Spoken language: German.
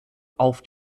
auf